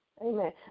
Amen